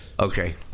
Okay